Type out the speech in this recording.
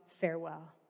Farewell